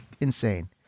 insane